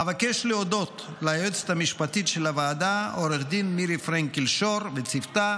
אבקש להודות ליועצת המשפטית של הוועדה עו"ד מירי פרנקל שור ולצוותה.